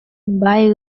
баай